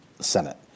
Senate